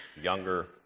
younger